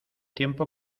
tiempo